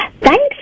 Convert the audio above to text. Thanks